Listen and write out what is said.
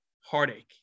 heartache